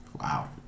Wow